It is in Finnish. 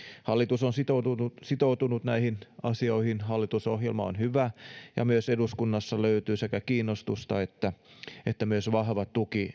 hallitus on sitoutunut sitoutunut näihin asioihin hallitusohjelma on hyvä ja myös eduskunnassa löytyy sekä kiinnostusta että että myös vahva tuki